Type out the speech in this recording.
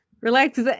Relax